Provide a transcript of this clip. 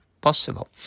possible